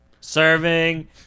serving